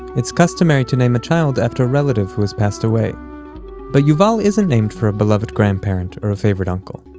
it's customary to name a child after a relative who has passed away but yuval isn't named for a beloved grandparent or a favorite uncle.